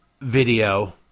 video